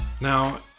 Now